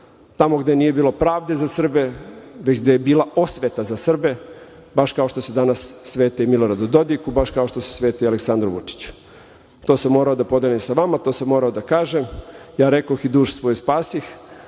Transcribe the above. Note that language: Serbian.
tamo gde nije bilo pravde za Srbe, već gde je bila osveta za Srbe, baš kao što se danas svete i Miloradu Dodiku, baš kao što se svete i Aleksandru Vučiću. To sam morao da podelim sa vama, to sam morao da kažem. Ja rekoh i dušu svoju spasih,